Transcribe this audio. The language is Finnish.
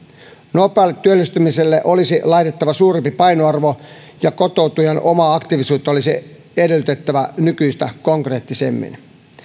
nopealle työllistymiselle olisi laitettava suurempi painoarvo ja kotoutujan omaa aktiivisuutta olisi edellytettävä nykyistä konkreettisemmin